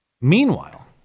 Meanwhile